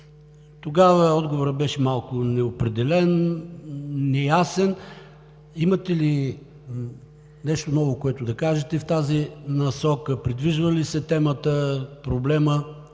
Тогава отговорът беше малко неопределен, неясен. Имате ли нещо ново, което да кажете в тази насока – придвижва ли се темата и къде